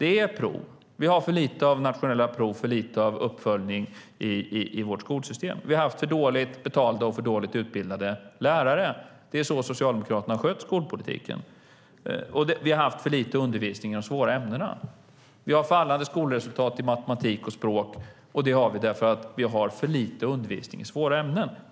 Det är också prov, och vi har för lite av nationella prov och uppföljning i vårt skolsystem. Det är så som Socialdemokraterna har skött skolpolitiken.